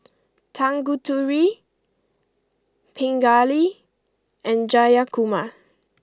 Tanguturi Pingali and Jayakumar